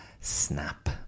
Snap